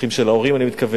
מהאחים של ההורים אני מתכוון,